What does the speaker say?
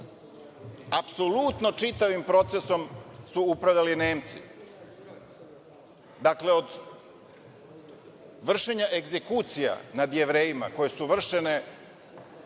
Apsolutno čitavim procesom su upravljali Nemci. Dakle, od vršenja egzekucija nad Jevrejima, koje su vršene